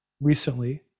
recently